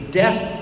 death